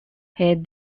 his